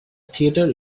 theater